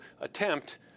attempt